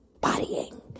bodying